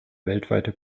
weltweite